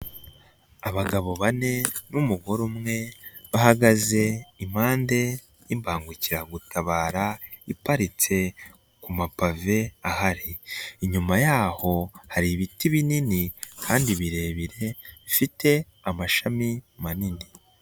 Abagabo bane n'umugore umwe bahagaze impande y'ibangukiragutabara iparitse ku mapave ahari, inyuma yaho hari ibiti binini kandi birebire bifite amashami manini.